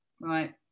right